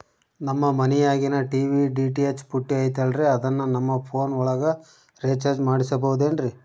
ನಮ್ಮ ಮನಿಯಾಗಿನ TV DTH ಪುಟ್ಟಿ ಐತಲ್ರೇ ಅದನ್ನ ನನ್ನ ಪೋನ್ ಒಳಗ ರೇಚಾರ್ಜ ಮಾಡಸಿಬಹುದೇನ್ರಿ?